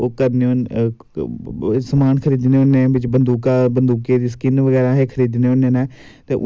होनी चाहिदी गेमां कि गेमां गै होऐ ते साढ़ा जेह्ड़ा अन्दर आह्ला मन होंदा ओह् शांत होंदा ऐ